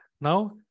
now